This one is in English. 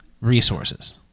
resources